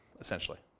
essentially